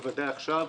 בוודאי עכשיו,